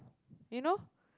you know